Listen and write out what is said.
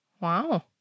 Wow